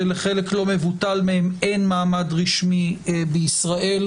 שלחלק לא מבוטל מהם אין מעמד רשמי בישראל,